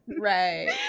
right